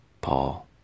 Paul